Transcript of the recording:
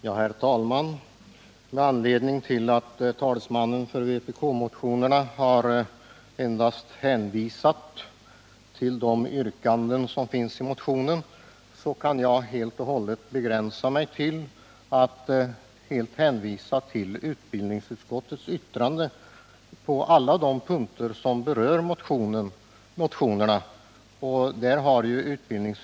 Herr talman! Med anledning av att vpk:s talesman endast har åberopat de motiveringar som finns i motionerna kan jag begränsa mig till att hänvisa till utbildningsutskottets yttrande på alla de punkter där motionerna berörs.